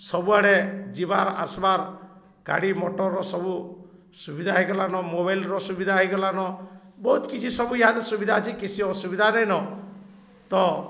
ସବୁଆଡ଼େ ଯିବାର୍ ଆସବାର୍ ଗାଡ଼ି ମଟରର ସବୁ ସୁବିଧା ହେଇଗଲାନ ମୋବାଇଲର ସୁବିଧା ହେଇଗଲାନ ବହୁତ କିଛି ସବୁ ଇହାଦେ ସୁବିଧା ଅଛି କିଛି ଅସୁବିଧା ନାଇଁନ ତ